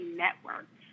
networks